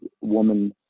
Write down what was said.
woman